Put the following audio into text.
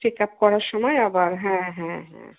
checkup করার সময় আবার হ্যাঁ হ্যাঁ হ্যাঁ হ্যাঁ